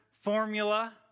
Formula